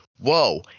whoa